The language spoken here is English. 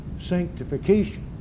sanctification